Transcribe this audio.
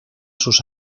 sus